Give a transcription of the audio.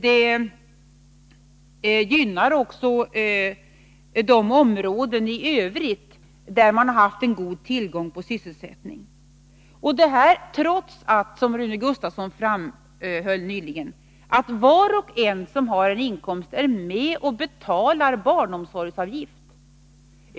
Det gynnar också de områden i övrigt där man haft en god tillgång till sysselsättning — detta trots att var och en som har en inkomst är med och betalar barnomsorgsavgift, som Rune Gustavsson nyss framhöll.